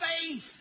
faith